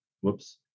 Whoops